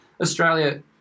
Australia